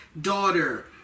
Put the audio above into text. daughter